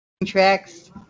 tracks